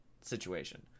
situation